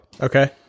okay